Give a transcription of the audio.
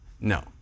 no